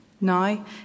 Now